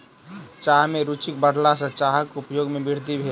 चाह में रूचिक बढ़ला सॅ चाहक उपयोग में वृद्धि भेल